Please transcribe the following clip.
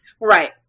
right